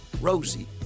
Rosie